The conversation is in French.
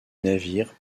navire